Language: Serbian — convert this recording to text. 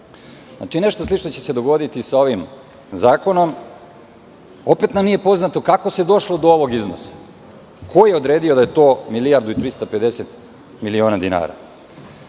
Znači, nešto slično će se dogoditi i sa ovim zakonom. Opet nam nije poznato kako se došlo do ovog iznosa? Ko je odredio da je to milijardu i 350 miliona dinara?